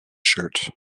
shirt